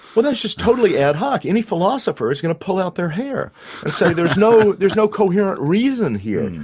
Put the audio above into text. well that's just totally ad hoc. any philosopher is going to pull out their hair and say there's no there's no coherent reason here.